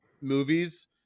movies